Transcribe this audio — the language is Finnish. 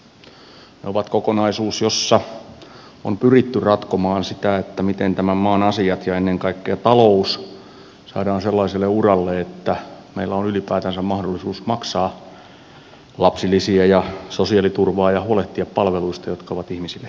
ne ovat kokonaisuus jossa on pyritty ratkomaan sitä miten tämän maan asiat ja ennen kaikkea talous saadaan sellaiselle uralle että meillä on ylipäätänsä mahdollisuus maksaa lapsilisiä ja sosiaaliturvaa ja huolehtia palveluista jotka ovat ihmisille tärkeitä